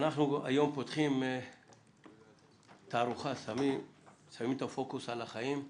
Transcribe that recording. היום אנחנו פותחים תערוכה - "שמים את הפוקוס על החיים".